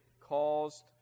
caused